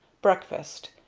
breakfast.